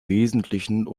wesentlichen